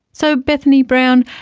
so, bethany brown,